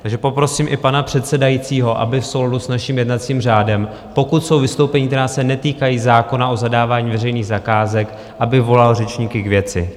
Takže poprosím i pana předsedajícího, aby v souladu s naším jednacím řádem, pokud jsou vystoupení, která se netýkají zákona o zadávání veřejných zakázek, aby volal řečníky k věci.